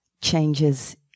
changes